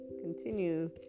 continue